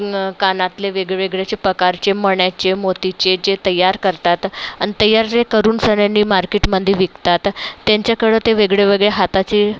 न् कानातले वेगवेगळेचे प्रकारचे मण्याचे मोतीचे जे तयार करतात अन् तयार जे करून सन्यानी मार्केटमंदी विकतात त्यांच्याकडं ते वेगळे वेगळे हाताचे